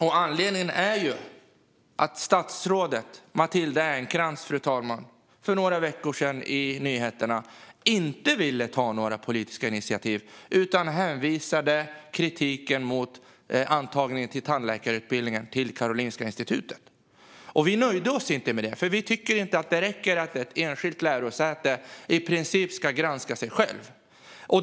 För några veckor sedan, i nyheterna, ville statsrådet Matilda Ernkrans inte ta några politiska initiativ utan hänvisade kritiken mot antagningen till tandläkarutbildningen till Karolinska institutet. Men vi nöjde oss inte med detta, för vi tycker inte att det räcker att ett enskilt lärosäte i princip ska granska sig självt.